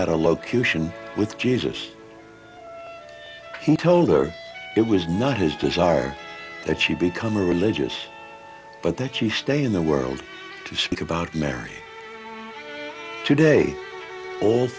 had a location with jesus he told her it was not his desire that she become religious but that you stay in the world to speak about mary today o